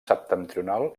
septentrional